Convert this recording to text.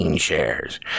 shares